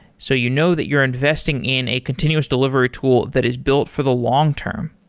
so you know that you're investing in a continuous delivery tool that is built for the long-term.